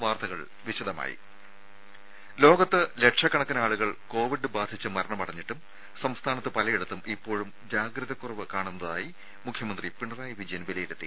വാർത്തകൾ വിശദമായി ലോകത്ത് ലക്ഷക്കണക്കിന് ആളുകൾ കോവിഡ് ബാധിച്ച് മരണമടഞ്ഞിട്ടും സംസ്ഥാനത്ത് പലയിടത്തും ഇപ്പോഴും ജാഗ്രത കുറവ് കാണുന്നതായി മുഖ്യമന്ത്രി പിണറായി വിജയൻ വിലയിരുത്തി